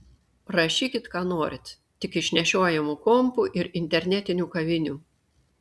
rašykit ką norit tik iš nešiojamų kompų ir internetinių kavinių